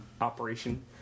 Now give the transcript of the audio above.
operation